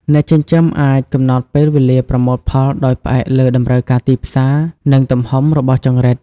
អ្នកចិញ្ចឹមអាចកំណត់ពេលវេលាប្រមូលផលដោយផ្អែកលើតម្រូវការទីផ្សារ និងទំហំរបស់ចង្រិត។